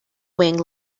wing